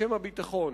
בשם הביטחון.